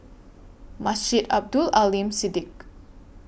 Masjid Abdul Aleem Siddique